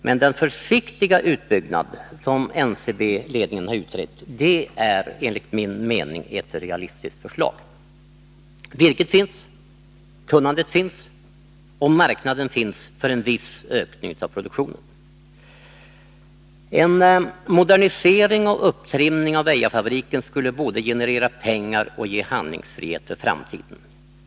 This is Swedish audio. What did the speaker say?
Men den försiktiga utbyggnad som NCB-ledningen har utrett är enligt min mening realistisk. Virket finns, kunnandet finns och marknad finns för en viss ökning av produktionen. En modernisering och upptrimning av Väjafabriken skulle både generera pengar och ge handlingsfrihet för framtiden.